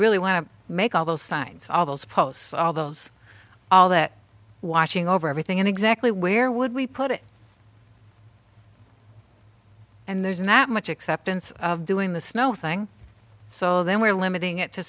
really want to make all those signs all those posts all those all that washing over everything and exactly where would we put it and there's not much acceptance of doing the snow thing so then we're limiting it to